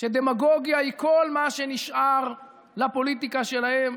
שדמגוגיה היא כל מה שנשאר לפוליטיקה שלהם,